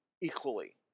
equally